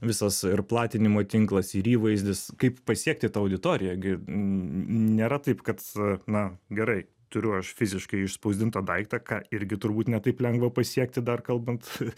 visas ir platinimo tinklas ir įvaizdis kaip pasiekti tą auditoriją gi nėra taip kad na gerai turiu aš fiziškai išspausdintą daiktą ką irgi turbūt ne taip lengva pasiekti dar kalbant